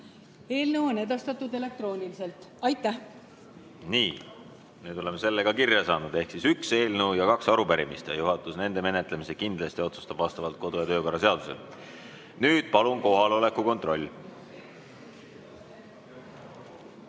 Eelnõu on edastatud elektrooniliselt. Aitäh! Nii, nüüd oleme selle ka kirja saanud. Ehk üks eelnõu ja kaks arupärimist ning juhatus otsustab nende menetlemise kindlasti vastavalt kodu- ja töökorra seadusele. Nüüd palun kohaloleku kontroll!